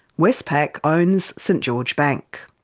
westpac owns st george bank.